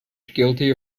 guilty